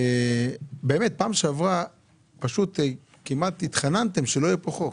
פעם שעברה כמעט התחננתם שלא יהיה פה חוק.